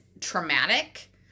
traumatic